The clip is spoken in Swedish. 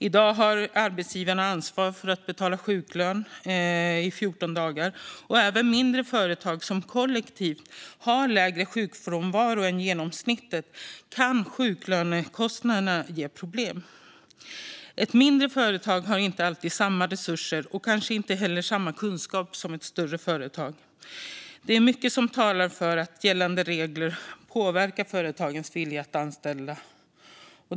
I dag har arbetsgivarna ansvar för att betala sjuklön i 14 dagar, och även om mindre företag som kollektiv har lägre sjukfrånvaro än genomsnittet kan sjuklönekostnaderna ge problem. Ett mindre företag har inte alltid samma resurser och kanske inte heller samma kunskap som ett större företag. Det är mycket som talar för att gällande regler påverkar företagens vilja att anställa.